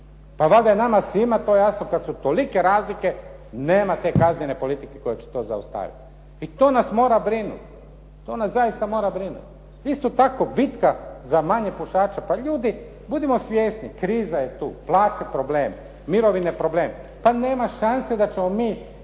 Pa valjda je vama svima to jasno kad su tolike razlike nema te kaznene politike koja će to zaustaviti. I to nas mora brinuti, to nas zaista mora brinuti. Isto tako, bitka za manje pušača. Pa ljudi, budimo svjesni kriza je tu, plaće problem, mirovine problem. Pa nema šanse da ćemo mi